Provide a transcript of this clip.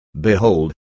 Behold